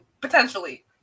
Potentially